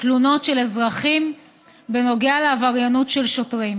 תלונות של אזרחים בדבר עבריינות של שוטרים.